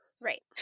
Right